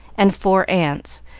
and four aunts,